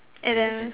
and then